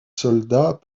soldat